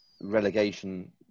relegation